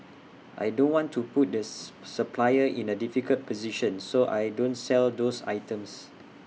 I don't want to put does suppliers in A difficult position so I don't sell those items